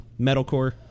Metalcore